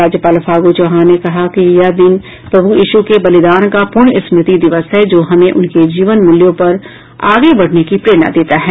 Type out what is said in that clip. राज्यपाल फागू चौहान ने कहा है कि यह दिन प्रभु यीशु के बलिदान का पुण्य स्मृति दिवस है जो हमें उनके जीवन मूल्यों पर आगे बढ़ने की प्रेरणा देता है